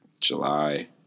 July